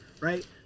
right